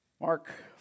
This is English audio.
Mark